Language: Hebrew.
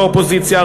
באופוזיציה,